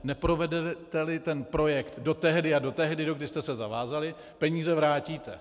Neprovedeteli ten projekt do tehdy a do tehdy, dokdy jste se zavázali, peníze vrátíte.